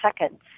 seconds